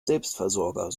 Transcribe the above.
selbstversorger